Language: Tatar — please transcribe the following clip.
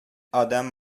адәм